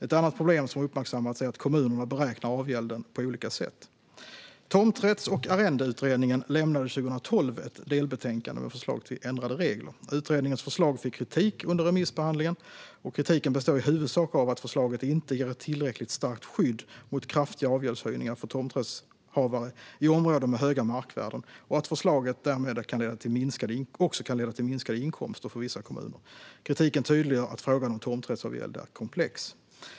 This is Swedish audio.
Ett annat problem som har uppmärksammats är att kommunerna beräknar avgälden på olika sätt. Tomträtts och arrendeutredningen lämnade 2012 ett delbetänkande med förslag till ändrade regler. Utredningens förslag fick kritik under remissbehandlingen. Kritiken består i huvudsak av att förslaget inte ger ett tillräckligt starkt skydd mot kraftiga avgäldshöjningar för tomträttshavare i områden med höga markvärden och att förslaget också kan leda till minskade inkomster för vissa kommuner. Kritiken tydliggör att frågan om tomträttsavgäld är komplex.